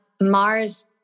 mars